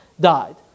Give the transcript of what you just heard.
died